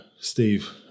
Steve